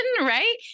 right